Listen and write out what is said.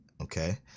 Okay